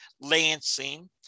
Lansing